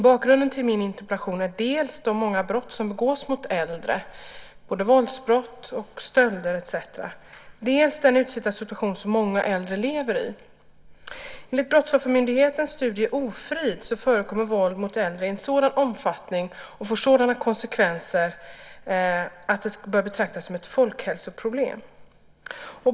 Bakgrunden till min interpellation är dels de många brott som begås mot äldre, till exempel våldsbrott, stölder etcetera, dels den utsatta situation som många äldre lever i. Enligt Brottsoffermyndighetens studie Ofrid förekommer våld mot äldre i en sådan omfattning och får sådana konsekvenser att det bör betraktas som ett folkhälsoproblem.